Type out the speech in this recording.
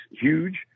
huge